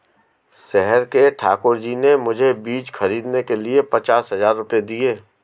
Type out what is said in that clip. शहर के ठाकुर जी ने मुझे बीज खरीदने के लिए पचास हज़ार रूपये दिए